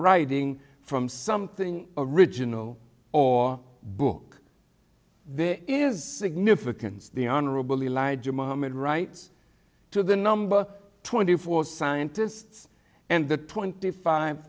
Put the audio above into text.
writing from something original or book there is significance the honorable elijah muhammad writes to the number twenty four scientists and the twenty five